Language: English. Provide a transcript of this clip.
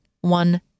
one